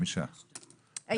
5. הצבעה לא אושר ההסתייגות נפלה.